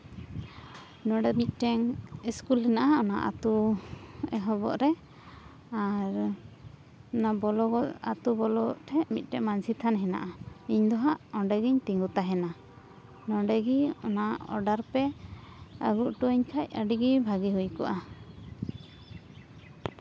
ᱱᱚᱰᱮ ᱢᱤᱫᱴᱮᱱ ᱤᱥᱠᱩᱞ ᱦᱮᱱᱟᱜᱼᱟ ᱚᱱᱟ ᱟᱛᱳ ᱮᱦᱚᱵᱚᱜ ᱨᱮ ᱟᱨ ᱚᱱᱟ ᱵᱚᱞᱚ ᱟᱛᱳ ᱵᱚᱞᱚ ᱴᱷᱮᱡ ᱢᱤᱫᱴᱮᱡ ᱢᱟᱹᱡᱷᱤ ᱛᱷᱟᱱ ᱦᱮᱱᱟᱜᱼᱟ ᱤᱧ ᱫᱚ ᱦᱟᱸᱜ ᱚᱸᱰᱮᱜᱤᱧ ᱛᱤᱸᱜᱩ ᱛᱟᱦᱮᱱᱟ ᱱᱚᱰᱮ ᱜᱮ ᱚᱱᱟ ᱚᱰᱟᱨ ᱯᱮ ᱟᱹᱜᱩ ᱚᱴᱚᱣᱟᱹᱧ ᱠᱷᱟᱡ ᱟᱹᱰᱤ ᱜᱮ ᱵᱷᱟᱜᱮ ᱦᱩᱭ ᱠᱚᱜᱼᱟ